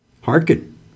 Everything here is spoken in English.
hearken